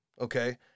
okay